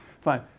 Fine